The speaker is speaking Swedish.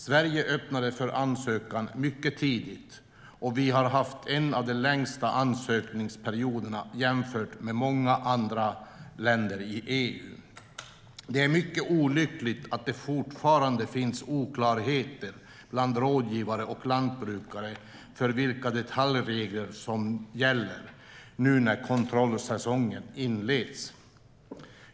Sverige öppnade för ansökan mycket tidigt, och vi har haft en av de längsta ansökningsperioderna jämfört med många andra länder i EU. Det är mycket olyckligt att det fortfarande finns oklarheter bland rådgivare och lantbrukare om vilka detaljregler som gäller nu när kontrollsäsongen inleds.